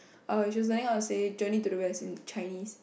err she is trying to say journey-to-the-West in Chinese